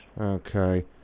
Okay